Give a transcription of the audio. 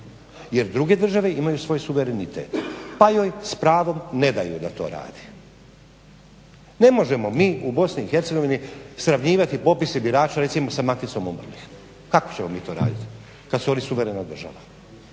jer druge države imaju svoj suverenitet pa joj s pravom ne daju da to radi. Ne možemo mi u BiH sravnjivati popise birača recimo sa Maticom umrlih. Kako ćemo mi to raditi kad su oni suverena država.